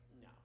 no